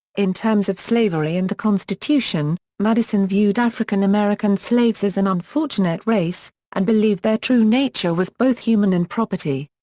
in terms of slavery and the constitution, madison viewed african american slaves as an and unfortunate race and believed their true nature was both human and property.